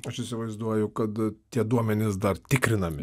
aš įsivaizduoju kad tie duomenys dar tikrinami